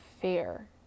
fear